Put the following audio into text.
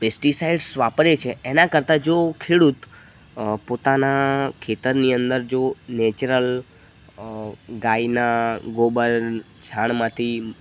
pesticides વાપરે છે એના કરતાં જો ખેડૂત પોતાના ખેતરની અંદર જો નેચરલ ગાયના ગોબર છાણમાંથી